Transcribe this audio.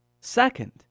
Second